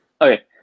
okay